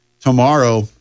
tomorrow